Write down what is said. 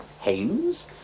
Haynes